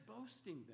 boasting